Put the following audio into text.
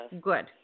Good